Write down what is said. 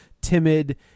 timid